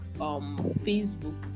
Facebook